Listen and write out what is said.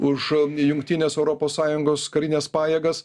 už jungtines europos sąjungos karines pajėgas